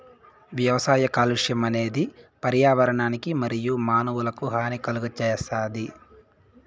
వ్యవసాయ కాలుష్యం అనేది పర్యావరణానికి మరియు మానవులకు హాని కలుగజేస్తాది